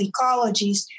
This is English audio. ecologies